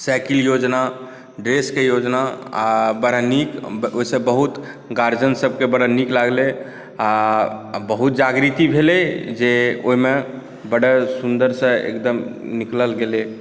cycle योजना देशके योजना आ बड़ा नीक ओहिसँ बहुत गार्जियनसभके बड़ा नीक लागलै आ बहुत जागृति भेलै जे ओहिमे बड सुन्दरसँ एकदम निकलल गेलै